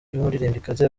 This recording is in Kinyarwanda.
umuririmbyikazi